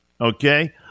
okay